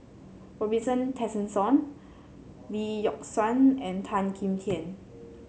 Robin Tessensohn Lee Yock Suan and Tan Kim Tian